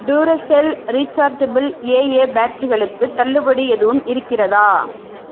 Duracell rechargeable AA பேட்டரிகளுக்கு தள்ளுபடி எதுவும் இருக்கிறதா